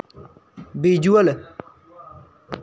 visual